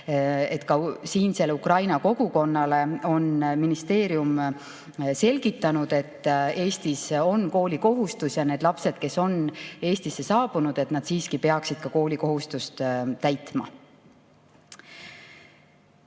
et siinsele Ukraina kogukonnale on ministeerium selgitanud, et Eestis on koolikohustus ja need lapsed, kes on Eestisse saabunud, siiski peaksid koolikohustust täitma.